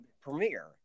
Premiere